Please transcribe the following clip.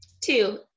Two